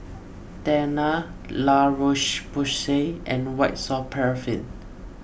Tena La Roche Porsay and White Soft Paraffin